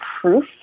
proof